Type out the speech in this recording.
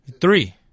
Three